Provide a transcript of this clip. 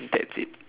that's it